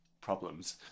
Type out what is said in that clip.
problems